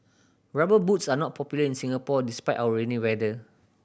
Rubber Boots are not popular in Singapore despite our rainy weather